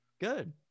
Good